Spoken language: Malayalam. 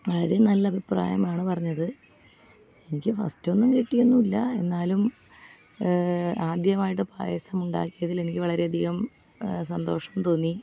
വളരെ നല്ലഭിപ്രായമാണ് പറഞ്ഞത് എനിക്ക് ഫസ്റ്റൊന്നും കിട്ടിയൊന്നുമില്ല എന്നാലും ആദ്യമായിട്ട് പായസം ഉണ്ടാക്കിയതിലെനിക്ക് വളരെയധികം സന്തോഷം തോന്നി